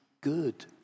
good